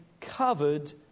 covered